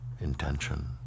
intention